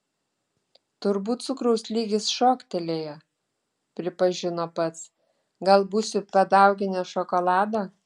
turbūt cukraus lygis šoktelėjo pripažino pats gal būsiu padauginęs šokolado